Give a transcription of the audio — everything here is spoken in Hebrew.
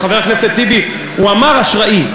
חבר הכנסת טיבי, הוא אמר "אשראִי".